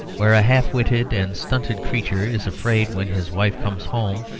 where a half-witted and stunted creature is afraid when his wife comes home,